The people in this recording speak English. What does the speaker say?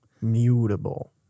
Mutable